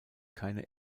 keine